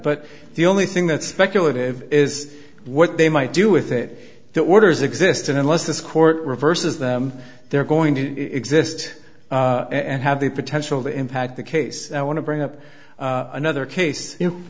but the only thing that speculative is what they might do with it that waters exist and unless this court reverses them they're going to exist and have the potential to impact the case i want to bring up another case if